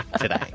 today